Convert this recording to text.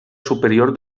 superior